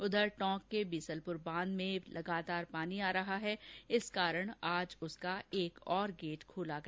उधर टोंक के बीसलपुर बांध में पानी लगातार आ रहा है इस कारण आज उसका एक और गेट खोला गया